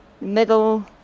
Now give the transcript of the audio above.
middle